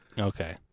Okay